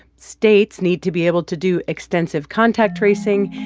states need to be able to do extensive contact tracing,